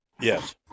Yes